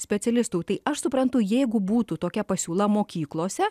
specialistų tai aš suprantu jeigu būtų tokia pasiūla mokyklose